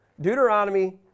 Deuteronomy